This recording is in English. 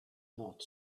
not